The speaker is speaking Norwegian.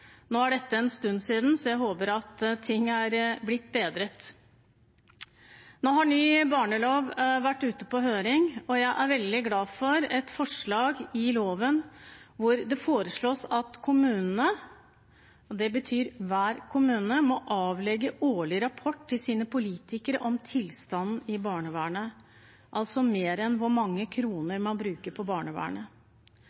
Nå er dette en stund siden, så jeg håper at ting er blitt bedret. Nå har ny barnevernslov vært ute på høring, og jeg er veldig glad for et forslag i loven hvor det foreslås at kommunene – og det betyr hver kommune – må avlegge årlig rapport til sine politikere om tilstanden i barnevernet, altså mer enn hvor mange kroner